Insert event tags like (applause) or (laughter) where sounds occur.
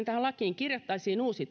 (unintelligible) tähän lakiin kirjattaisiin uusi (unintelligible)